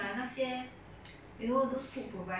ya so if you want to say free ah